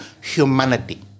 humanity